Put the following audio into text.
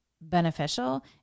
beneficial